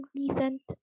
recent